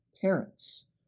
parents